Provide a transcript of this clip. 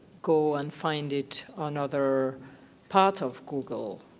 go and find it on another part of google,